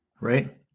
right